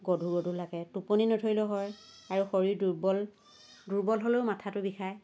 গধুৰ গধুৰ লাগে টোপনি নধৰিলেও হয় আৰু শৰীৰ দুৰ্বল দুৰ্বল হ'লেও মাথাটো বিষায়